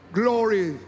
glory